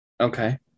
okay